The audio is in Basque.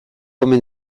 omen